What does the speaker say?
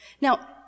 Now